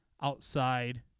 outside